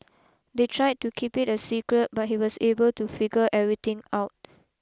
they tried to keep it a secret but he was able to figure everything out